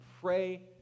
pray